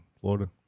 Florida